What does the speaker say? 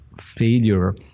failure